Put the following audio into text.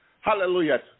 Hallelujah